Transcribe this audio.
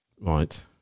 Right